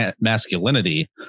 masculinity